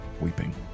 weeping